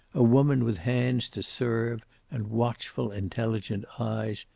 a woman with hands to serve and watchful, intelligent eyes,